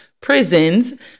prisons